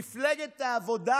מפלגת העבודה